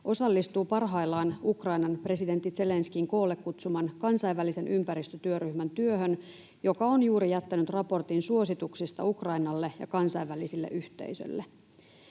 osallistuu parhaillaan Ukrainan presidentti Zelenskyin koolle kutsuman kansainvälisen ympäristötyöryhmän työhön, joka on juuri jättänyt raportin suosituksista Ukrainalle ja kansainvälisille yhteisöille.